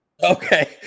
Okay